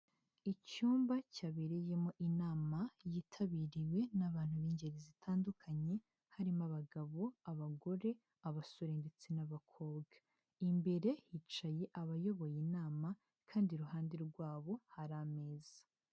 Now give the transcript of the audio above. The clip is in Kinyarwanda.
Icyumba cyabereyemo inama yitabiriwe n'abantu b'ingeri zitandukanye harimo abagabo, abagore, abasore ndetse n'abakobwa, imbere hicaye abayoboye inama kandi iruhande rwabo hari ameza.